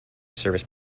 service